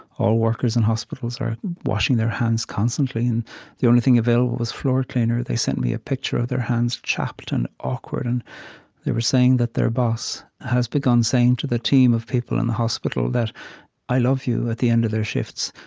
all workers in hospitals are washing their hands constantly, and the only thing available was floor cleaner. they sent me a picture of their hands, chapped and awkward. and they were saying that their boss has begun saying to the team of people in the hospital that i love you, at the end of their shifts,